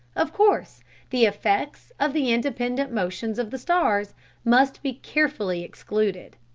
of course the effects of the independent motions of the stars must be carefully excluded.